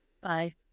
Bye